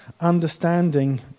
understanding